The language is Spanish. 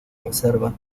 reserva